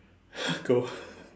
go